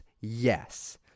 Yes